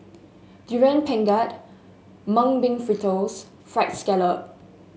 Durian Pengat Mung Bean Fritters fried scallop